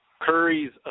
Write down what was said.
Curry's